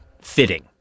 fitting